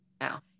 now